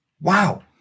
wow